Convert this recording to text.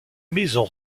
maisons